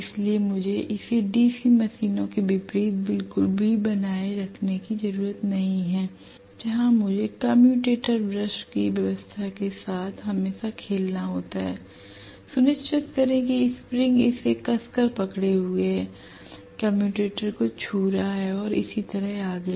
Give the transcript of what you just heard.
इसलिए मुझे इसे डीसी मशीनों के विपरीत बिल्कुल भी बनाए रखने की ज़रूरत नहीं है जहां मुझे कम्यूटेटर ब्रश की व्यवस्था के साथ हमेशा खेलना होता है सुनिश्चित करें कि स्प्रिंग इसे कसकर पकड़े हुए है कम्यूटेटर को छू रहा है और इसी तरह आगे